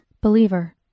Believer